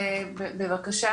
בבקשה,